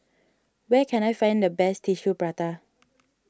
where can I find the best Tissue Prata